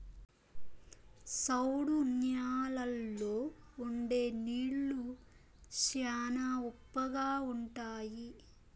సౌడు న్యాలల్లో ఉండే నీళ్లు శ్యానా ఉప్పగా ఉంటాయి